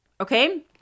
okay